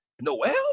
noel